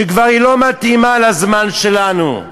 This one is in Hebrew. שכבר היא לא מתאימה לזמן שלנו,